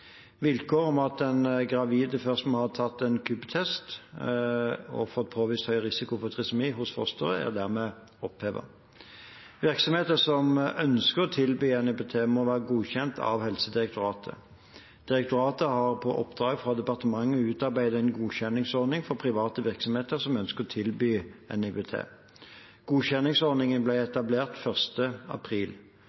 om at den gravide først må ha tatt en KUB-test og fått påvist høy risiko for trisomi hos fosteret, er dermed opphevet. Virksomheter som ønsker å tilby NIPT, må være godkjent av Helsedirektoratet. Direktoratet har på oppdrag fra departementet utarbeidet en godkjenningsordning for private virksomheter som ønsker å tilby NIPT. Godkjenningsordningen ble